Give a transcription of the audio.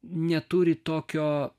neturi tokio